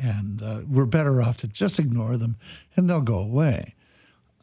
and we're better off to just ignore them and they'll go away